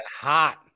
hot